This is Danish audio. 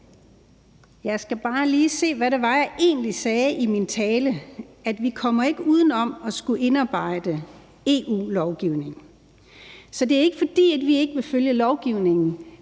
Jeg skal bare lige se, hvad det var, jeg egentlig sagde i min tale: Vi kommer ikke uden om at skulle indarbejde EU-lovgivning. Så det er ikke, fordi vi ikke vil følge lovgivningen,